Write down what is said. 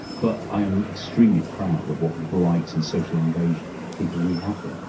but i am extremely proud of what bright and socially engaged people we have here.